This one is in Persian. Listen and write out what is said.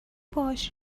باهاش